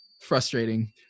frustrating